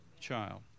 Child